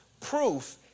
proof